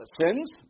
sins